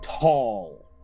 tall